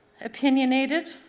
Opinionated